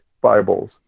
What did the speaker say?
Bibles